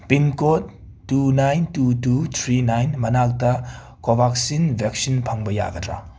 pin code two nine two two three nine ꯃꯅꯥꯛꯇ ꯀꯣꯕꯥꯛꯁꯤꯟ ꯕꯦꯛꯁꯤꯟ ꯐꯪꯕ ꯌꯥꯒꯗ꯭ꯔ